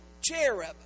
cherub